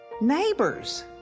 neighbors